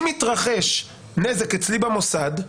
אם יתרחש נזק אצלי במוסד,